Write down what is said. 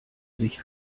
sich